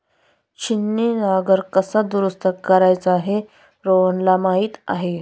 छिन्नी नांगर कसा दुरुस्त करायचा हे रोहनला माहीत आहे